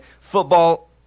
football